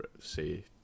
say